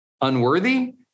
unworthy